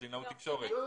בקלינאות תקשורת,